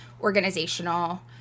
organizational